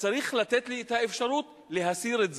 צריך לתת לי את האפשרות להסיר את זה.